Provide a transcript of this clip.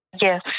Yes